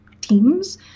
teams